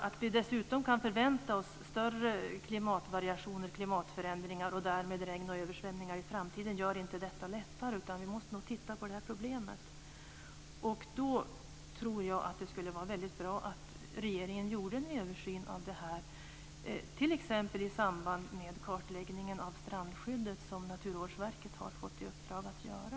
Att vi dessutom kan förvänta oss större klimatvariationer och klimatförändringar och därmed regn och översvämningar i framtiden gör det inte lättare. Vi måste titta på problemet. Det skulle vara bra om regeringen gjorde en översyn t.ex. i samband med kartläggningen av strandskyddet som Naturvårdsverket har fått i uppdrag att göra.